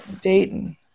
Dayton